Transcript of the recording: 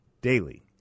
daily